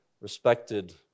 respected